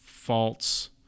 false